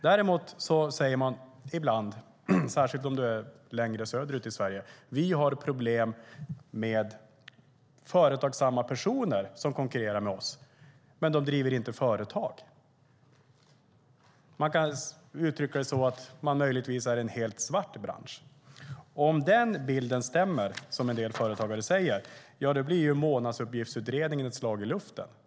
Däremot säger de längre söderut i Sverige att de har problem med företagsamma personer som konkurrerar med dem, men dessa driver inte företag. Det kan möjligtvis uttryckas så att det är en helt svart bransch. Om den bilden stämmer blir Månadsuppgiftsutredningen ett slag i luften.